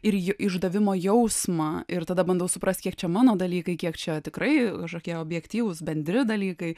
ir jų išdavimo jausmą ir tada bandau suprasti kiek čia mano dalykai kiek čia tikrai tokie objektyvūs bendri dalykai